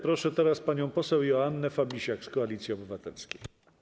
Proszę panią poseł Joannę Fabisiak z Koalicji Obywatelskiej.